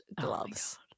gloves